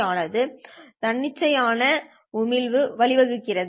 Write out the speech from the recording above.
ஆனது தன்னிச்சையான தன்னிச்சையான உமிழ்வுகள் வழிவகுக்கிறது